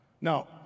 Now